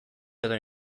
edo